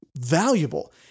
valuable